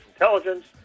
intelligence